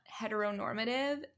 heteronormative